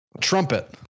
trumpet